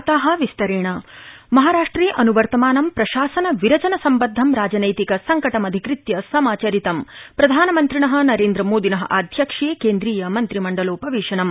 महाराष्ट्रम् महाराष्ट्रे अन्वर्तमानं प्रशासन विरचन सम्बद्धं राजनैति संक मधिकृत्य समाचरितं प्रधान मन्त्रिण नरेंद्र मोदिन आध्यक्ष्ये केंद्रीय मन्त्रिमण्डलोपवेशनम्